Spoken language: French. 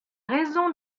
raison